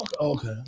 Okay